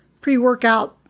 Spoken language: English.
pre-workout